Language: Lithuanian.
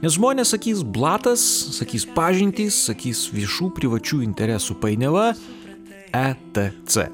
nes žmonės sakys blatas sakys pažintys sakys viešų privačių interesų painiava e t c